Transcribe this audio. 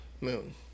Moon